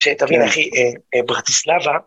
‫שאתה מבין, אחי, ברטיסלבה...